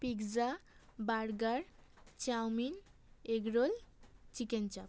pizza burger chowmein egg roll chicken চাপ